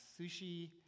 sushi